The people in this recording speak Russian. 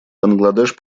бангладеш